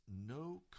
no